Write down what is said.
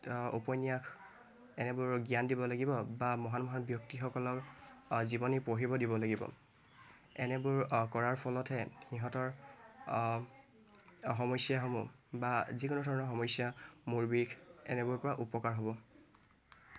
উপন্যাস এনেবোৰৰ জ্ঞান দিব লাগিব বা মহান মহান ব্যক্তিসকলৰ জীৱনী পঢ়িব দিব লাগিব এনেবোৰ কৰাৰ ফলতহে সিহঁতৰ সমস্যাসমূহ বা যিকোনো ধৰণৰ সমস্যা মূৰ বিষ এনেবোৰৰ পৰা উপকাৰ হ'ব